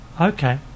Okay